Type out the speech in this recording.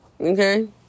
Okay